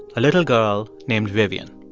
a little girl named vivian.